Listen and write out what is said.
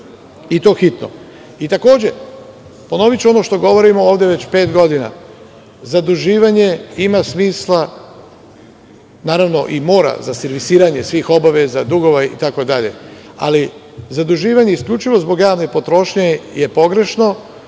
i to hitno. Takođe, ponoviću ono što govorimo ovde već pet godina. Zaduživanje ima smisla, mora i za servisiranje svih obaveza, dugova itd, ali i zaduživanje isključivo zbog javne potrošnje je pogrešno,